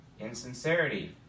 insincerity